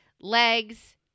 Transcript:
legs